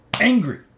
angry